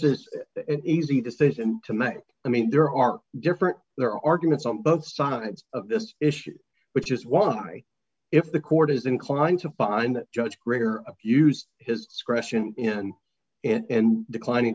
is an easy decision to make i mean there are different there are arguments on both sides of this issue which is why if the court is inclined to find that judge greer abused his discretion and declining